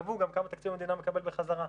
קבעו גם כמה תקציב המדינה מקבל בחזרה,